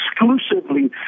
exclusively